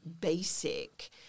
basic